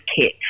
kit